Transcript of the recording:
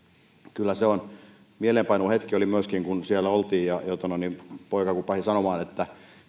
kyllä se mieleenpainuva hetki oli myöskin kun siellä oltiin ja kun poika pääsi sanomaan että